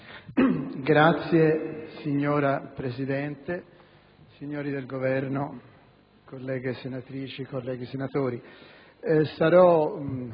*(PD)*. Signora Presidente, signori del Governo, colleghe senatrici, colleghi senatori,